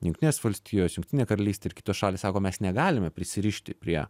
jungtinės valstijos jungtinė karalystė ir kitos šalys sako mes negalime prisirišti prie